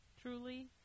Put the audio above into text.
truly